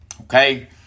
Okay